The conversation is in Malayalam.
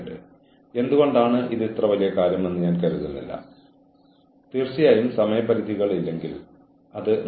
നിങ്ങൾ പറയുന്നു ശരി നിങ്ങൾ എന്തെങ്കിലും ചെയ്യുന്നുണ്ടെന്ന് ഞങ്ങൾക്കറിയാം ഞങ്ങൾക്ക് മതിയായ തെളിവുണ്ട്